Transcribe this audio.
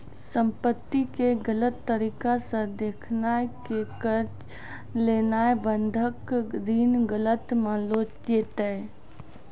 संपत्ति के गलत तरिका से देखाय के कर्जा लेनाय बंधक ऋण गलत मानलो जैतै